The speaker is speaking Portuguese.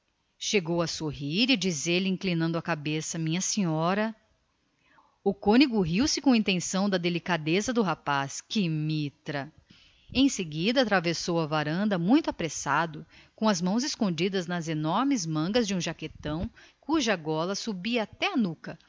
chegou mesmo a parar sorrir e dizer inclinando a cabeça minha senhora o cônego teve uma risota que mitra julgou com os seus botões em seguida atravessou a varanda muito apressado com as mãos escondidas nas enormes mangas de um jaquetão cuja gola lhe subia ate à nuca